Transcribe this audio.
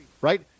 right